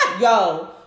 Yo